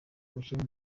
umukinnyi